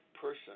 person